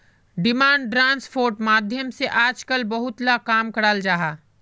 demand ड्राफ्टेर माध्यम से आजकल बहुत ला काम कराल जाहा